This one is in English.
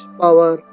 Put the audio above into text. power